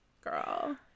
Girl